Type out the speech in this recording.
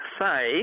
say